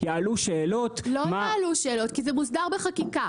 יעלו שאלות -- לא יעלו שאלות כי זה מוסדר בחקיקה,